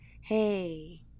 hey